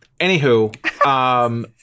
Anywho